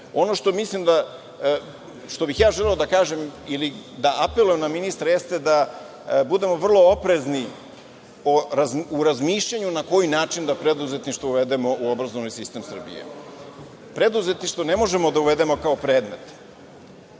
Ono što bih želeo da kažem ili da apelujem na ministra, jeste da, budemo vrlo oprezni u razmišljanju na koji način da preduzetništvo uvedemo u obrazovni sistem Srbije. Preduzetništvo ne možemo da uvedemo kao predmet.